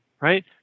right